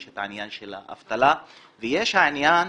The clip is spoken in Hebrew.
יש את העניין של האבטלה ויש את העניין,